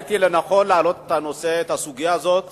מצאתי לנכון להעלות את הסוגיה הזאת